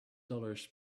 dollars